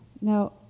Now